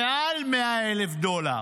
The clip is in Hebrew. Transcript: מעל 100,000 דולר,